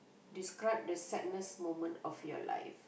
describe the sadness moment of your life